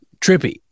trippy